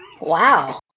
Wow